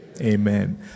Amen